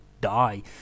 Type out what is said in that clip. die